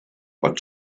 pot